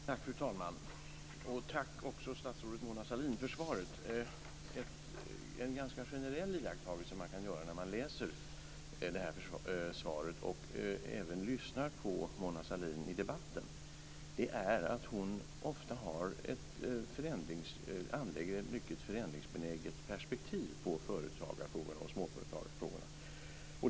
Tack, fru talman, och tack också statsrådet Mona Sahlin för svaret. En ganska generell iakttagelse som man kan göra när man läser det här svaret och även när man lyssnar på Mona Sahlin i debatten är att hon ofta anlägger ett mycket förändringsbenäget perspektiv på företagar och småföretagarfrågorna.